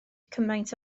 cymaint